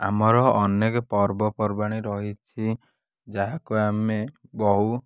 ଆମର ଅନେକ ପର୍ବପର୍ବାଣି ରହିଛି ଯାହାକୁ ଆମେ ବହୁ